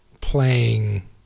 playing